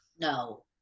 No